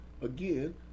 again